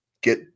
get